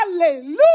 Hallelujah